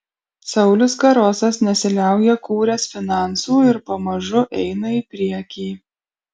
saulius karosas nesiliauja kūręs finansų ir pamažu eina į priekį